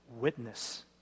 witness